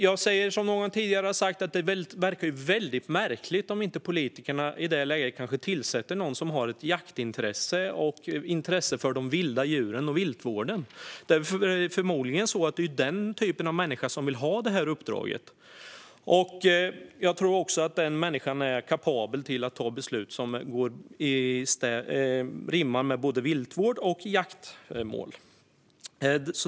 Jag säger som någon har sagt tidigare, nämligen att det verkar märkligt om inte politikerna i det läget tillsätter någon som har ett jaktintresse och intresse för de vilda djuren och viltvården. Det är förmodligen den typen av person som vill ha uppdraget. Jag tror också att denna människa är kapabel att ta beslut som rimmar med både viltvård och jaktmål.